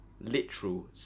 literal